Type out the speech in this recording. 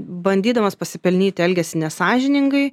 bandydamas pasipelnyti elgiasi nesąžiningai